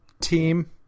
team